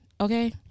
Okay